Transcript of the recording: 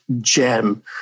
gem